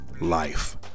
life